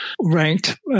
ranked